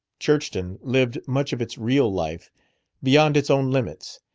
churchton lived much of its real life beyond its own limits,